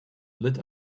lit